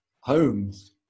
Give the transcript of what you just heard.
homes